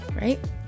Right